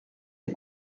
des